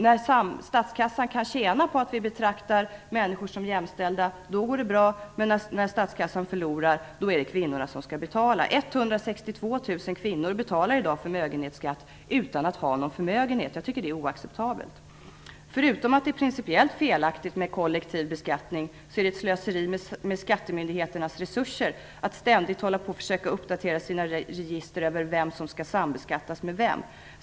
När statskassan kan tjäna på att vi betraktar människor som jämställda går det bra, men när statskassan förlorar är det kvinnorna som skall betala. 162 000 kvinnor betalar i dag förmögenhetsskatt utan att ha någon förmögenhet. Jag tycker att det är oacceptabelt. Förutom att det är principiellt felaktigt med kollektiv beskattning är det ett slöseri med skattemyndigheternas resurser att ständigt försöka uppdatera sina register över vem som skall sambeskattas med vem.